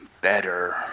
better